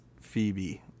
Phoebe